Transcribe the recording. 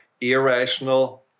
irrational